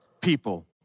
people